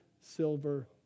silver